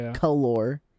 color